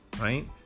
right